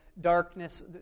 darkness